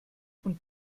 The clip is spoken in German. und